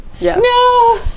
No